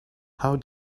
how